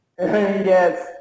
Yes